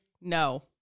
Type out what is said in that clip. no